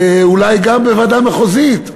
אולי גם בוועדה מחוזית.